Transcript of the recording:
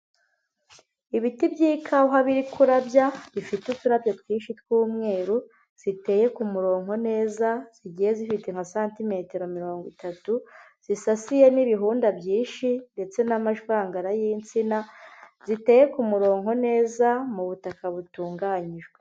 Ibiti by'ikawa biri kurabya bifite uturabyo twinshi tw'umweru, ziteye ku murongo neza, zigiye zifite nka santimetero mirongo itatu, zisasiye n'ibihunda byinshi ndetse n'amajwangara y'insina, ziteye ku murongo neza mu butaka butunganyijwe.